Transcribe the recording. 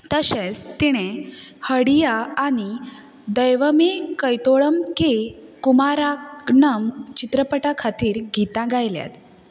तशेंच तिणें हडिया आनी दैवमे कैतोळम के कुमाराकणम चित्रपटां खातीर गीतां गायल्यात